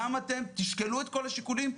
גם אתם תשקלו את כל השיקולים,